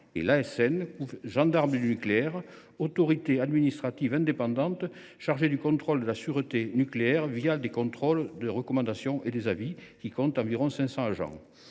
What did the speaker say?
et l’ASN, gendarme du nucléaire, autorité administrative indépendante chargée du contrôle de la sûreté nucléaire des contrôles, des recommandations et des avis, qui compte environ 500 agents.